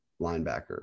linebacker